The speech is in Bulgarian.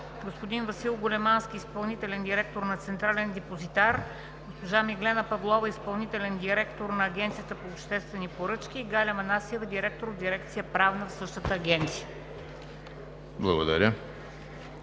господин Васил Големански – изпълнителен директор на Централен депозитар; госпожа Миглена Павлова – изпълнителен директор на Агенцията по обществени поръчки, и Галя Манасиева – директор в дирекция „Правна“ в същата Агенция.